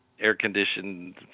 air-conditioned